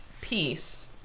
peace